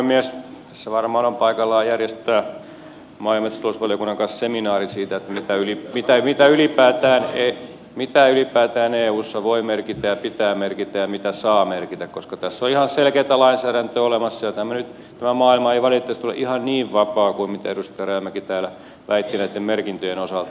tässä varmaan on paikallaan järjestää maa ja metsätalousvaliokunnan kanssa seminaari siitä että yli pitää niitä ylipäätään ei mitä ylipäätään eussa voi merkitä ja pitää merkitä ja mitä saa merkitä koska tässä on ihan selkeää lainsäädäntöä olemassa ja tämä maailma ei valitettavasti ole ihan niin vapaa kuin mitä edustaja rajamäki täällä väitti näitten merkintöjen osalta